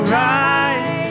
rise